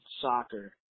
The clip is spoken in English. soccer